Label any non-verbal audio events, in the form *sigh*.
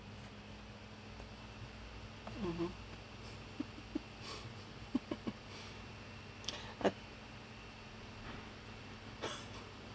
mmhmm *laughs* I *breath*